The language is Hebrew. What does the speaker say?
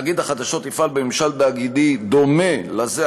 תאגיד החדשות יפעל בממשל תאגידי דומה לזה